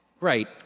Right